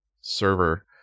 server